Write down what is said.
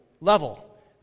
level